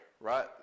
right